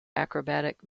acrobatic